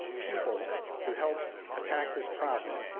people to help attack this problem,